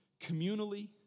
communally